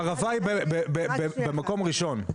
הערבה היא במקום ראשון.